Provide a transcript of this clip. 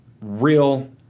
real